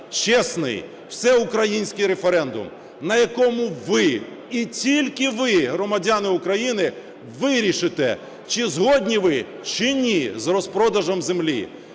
чесний всеукраїнський референдум, на якому ви і тільки ви, громадяни України, вирішите, чи згодні ви, чи ні з розпродажем землі.